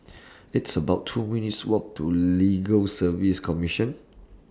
It's about two minutes' Walk to Legal Service Commission